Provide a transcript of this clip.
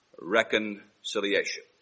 reconciliation